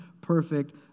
perfect